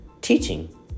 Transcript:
teaching